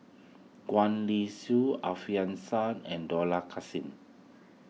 Gwee Li Sui Alfian Sa'At and Dollah Kassim